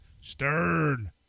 Stern